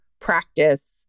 practice